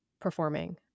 performing